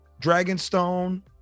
Dragonstone